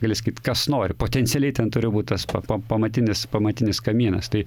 gali sakyt kas nori potencialiai ten turi būt tas pa pa pamatinis pamatinis kamienas tai